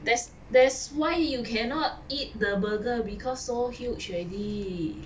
that's~ that's why you cannot eat the burger because so huge already